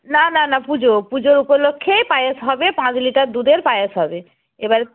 না না না পুজো পুজো উপলক্ষে পায়েস হবে পাঁচ লিটার দুধের পায়েস হবে এবার